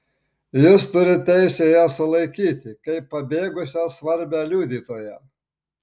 jis turi teisę ją sulaikyti kaip pabėgusią svarbią liudytoją